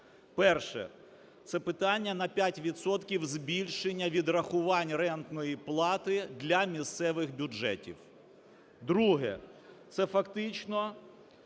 Перше – це питання на 5 відсотків збільшення відрахування рентної плати для місцевих бюджетів. Друге – це фактично